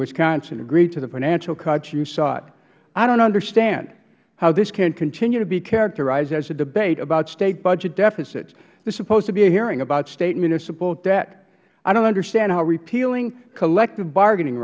wisconsin agreed to the financial cuts you sought i dont understand how this cant continue to be characterized as a debate about state budget deficits this is supposed to be a hearing about state and municipal debt i dont understand how repealing collective bargaining